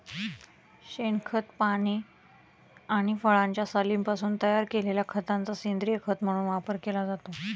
शेणखत, पाने आणि फळांच्या सालींपासून तयार केलेल्या खताचा सेंद्रीय खत म्हणून वापर केला जातो